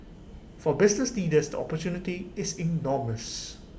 for business leaders the opportunity is enormous